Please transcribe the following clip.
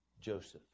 Joseph